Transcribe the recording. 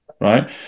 right